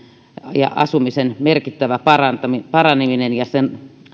ja asumisen merkittävä paraneminen ja sen